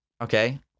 okay